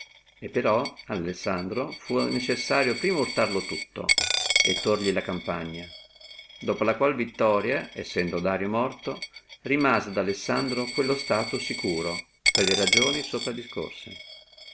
e però ad alessandro fu necessario prima urtarlo tutto e tòrli la campagna dopo la quale vittoria sendo dario morto rimase ad alessandro quello stato sicuro per le ragioni di sopra discorse